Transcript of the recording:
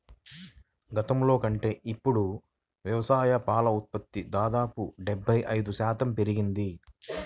గతంలో కంటే ఇప్పుడు వ్యవసాయ పాల ఉత్పత్తి దాదాపు డెబ్బై ఐదు శాతం పెరిగింది